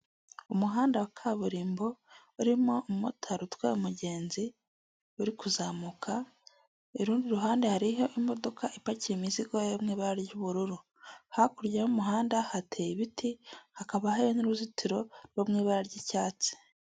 Umuhanada munini utwawemo ibinyabiziga bigiye bitandukanye, igikamyo gifite ibara ry'umweru kikaba kikoreye hejuru yaho hakaba hariho n'umuntu, hino gatoya hakaba hariho ipikipiki ifite ibara ry'umutuku, ikaba iriho n'umumotari ndetse ikaba inikoreye umutwaro.